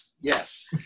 Yes